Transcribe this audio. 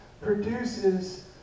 produces